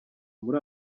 muri